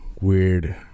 weird